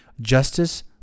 Justice